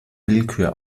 willkür